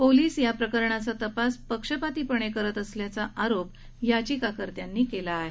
police या प्रकरणाचा तपास पक्षपातीपणे करत असल्याचा आरोप याचिकाकर्त्यांनी केला आहे